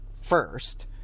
first